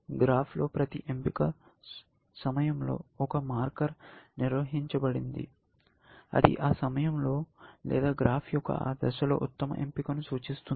గ్రాఫ్లో ప్రతి ఎంపిక సమయంలో ఒక మార్కర్ నిర్వహించబడింది ఇది ఆ సమయంలో లేదా గ్రాఫ్ యొక్క ఆ దశలో ఉత్తమ ఎంపికను సూచిస్తుంది